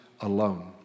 alone